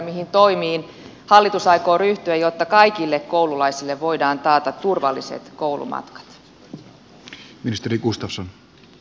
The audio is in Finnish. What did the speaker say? mihin toimiin hallitus aikoo ryhtyä jotta kaikille koululaisille voidaan taata turvalliset koulumatkat